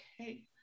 Okay